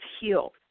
healed